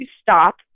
stop